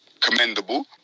commendable